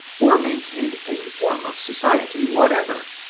or maintained any form of society whatever,